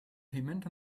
payment